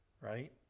right